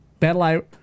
BattleEye